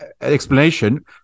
explanation